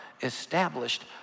established